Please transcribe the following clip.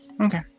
Okay